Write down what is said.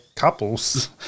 Couples